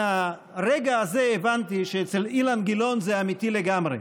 מהרגע הזה הבנתי שאצל אילן גילאון זה אמיתי לגמרי.